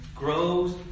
Grows